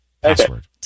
password